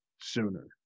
sooner